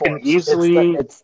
easily